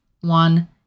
one